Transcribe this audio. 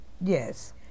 yes